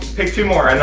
pick two more